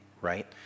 right